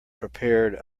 prepared